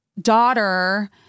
daughter